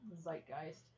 zeitgeist